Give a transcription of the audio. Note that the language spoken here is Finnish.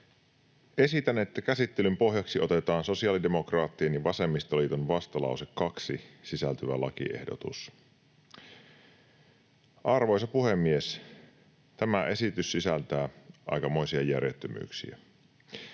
Esitän, että käsittelyn pohjaksi otetaan sosiaalidemokraattien ja vasemmistoliiton vastalauseeseen 2 sisältyvä lakiehdotus. Arvoisa puhemies! Tämä esitys sisältää aikamoisia järjettömyyksiä.